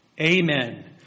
Amen